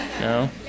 No